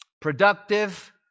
productive